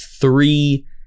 three